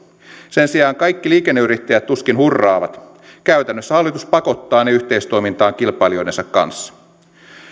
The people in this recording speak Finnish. sen sijaan kaikki liikenneyrittäjät tuskin hurraavat käytännössä hallitus pakottaa ne yhteistoimintaan kilpailijoidensa kanssa